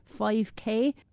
5K